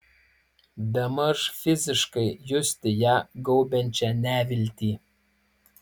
bemaž fiziškai justi ją gaubiančią neviltį